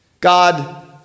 God